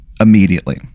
immediately